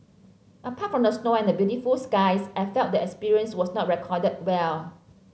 apart from the snow and the beautiful skies I felt the experience was not recorded well